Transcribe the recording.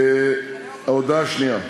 ההודעה השנייה: